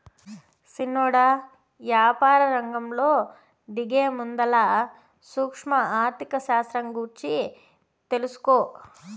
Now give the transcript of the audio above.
సిన్నోడా, యాపారరంగంలో దిగేముందల సూక్ష్మ ఆర్థిక శాస్త్రం గూర్చి తెలుసుకో